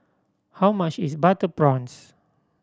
how much is butter prawns